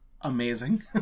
amazing